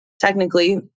technically